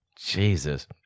Jesus